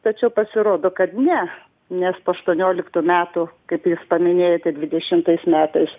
tačiau pasirodo kad ne nes po aštuonioliktų metų kaip jūs paminėjote dvidešimtais metais